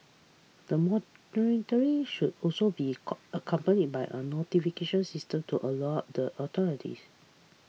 the monitoring should also be con accompanied by a notification system to alert the authorities